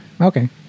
okay